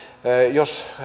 jos